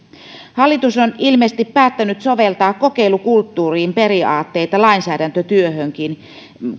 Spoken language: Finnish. hallitus on ilmeisesti päättänyt soveltaa kokeilukulttuurin periaatteita lainsäädäntötyöhönkin